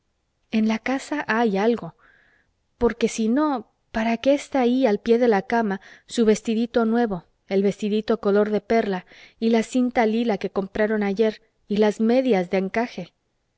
en la casa hay algo porque si no para qué está ahí al pie de la cama su vestidito nuevo el vestidito color de perla y la cinta lila que compraron ayer y las medias de encaje